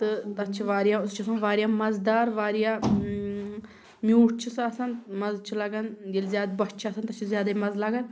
تہٕ تَتھ چھِ واریاہ سُہ چھِ آسان واریاہ مَزٕدار واریاہ میوٗٹھ چھِ سُہ آسان مَزٕ چھُ لَگَان ییٚلہِ زیادٕ بۄچھِ چھِ آسان تَتھ چھُ زیادَے مَزٕ لَگَان